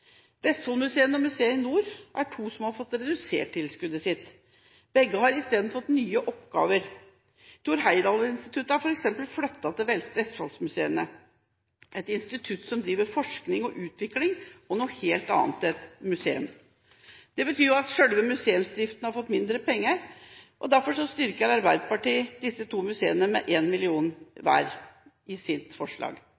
Vestfoldmuseene og Museum Nord er to museer som har fått redusert tilskuddet sitt. Begge har isteden fått nye oppgaver. Thor Heyerdahl-instituttet er f.eks. flyttet til Vestfoldmuseene, et institutt som driver med forskning og utvikling, og er noe helt annet enn et museum. Det betyr at selve museumsdriften har fått mindre penger. Derfor styrker Arbeiderpartiet disse to museene med 1 mill. kr hver i sitt forslag. Flertallsmerknaden om at «det mangler en